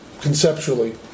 conceptually